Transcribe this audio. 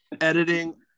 editing